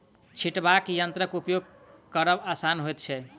छिटबाक यंत्रक उपयोग करब आसान होइत छै